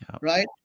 right